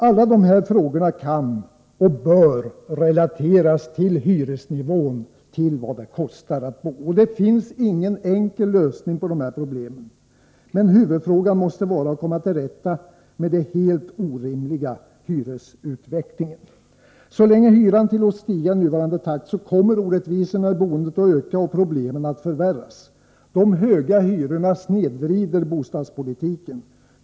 Alla de här frågorna kan och bör relateras till hyresnivån, till vad det kostar att bo. Det finns ingen enkel lösning på dessa problem, men huvudfrågan måste vara att komma till rätta med den helt orimliga hyresutvecklingen. Så länge hyran tillåts stiga i nuvarande takt kommer orättvisorna i boendet att öka och problemen att förvärras. De höga hyrorna snedvrider bostadspolitiken.